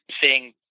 seeing